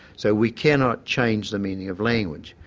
so we cannot change the meaning of language.